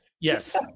Yes